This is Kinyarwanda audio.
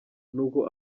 nuko